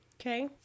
Okay